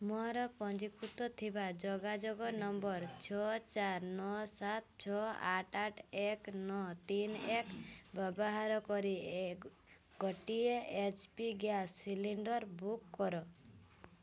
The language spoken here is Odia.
ମୋର ପଞ୍ଜୀକୃତ ଥିବା ଯୋଗାଯୋଗ ନମ୍ବର୍ ଛଅ ଚାରି ନଅ ସାତ ଛଅ ଆଠ ଆଠ ଏକ ନଅ ଆଠ ତିନି ଏକ ବ୍ୟବାହାର କରି ଗୋଟିଏ H P gas cylinder book କର